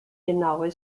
genaue